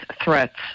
threats